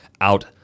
out